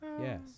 Yes